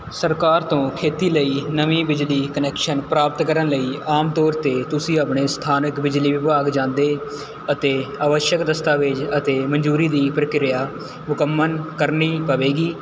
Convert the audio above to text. ਸਰਕਾਰ ਤੋਂ ਖੇਤੀ ਲਈ ਨਵੀਂ ਬਿਜਲੀ ਕੁਨੈਕਸ਼ਨ ਪ੍ਰਾਪਤ ਕਰਨ ਲਈ ਆਮ ਤੌਰ 'ਤੇ ਤੁਸੀਂ ਆਪਣੇ ਸਥਾਨਕ ਬਿਜਲੀ ਵਿਭਾਗ ਜਾਂਦੇ ਅਤੇ ਅਵੱਛਕ ਦਸਤਾਵੇਜ਼ ਅਤੇ ਮਨਜ਼ੂਰੀ ਦੀ ਪ੍ਰਕਿਰਿਆ ਮੁਕੰਮਲ ਕਰਨੀ ਪਵੇਗੀ